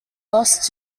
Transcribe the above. lost